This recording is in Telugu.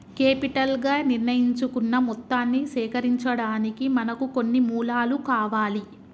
కేపిటల్ గా నిర్ణయించుకున్న మొత్తాన్ని సేకరించడానికి మనకు కొన్ని మూలాలు కావాలి